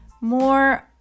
more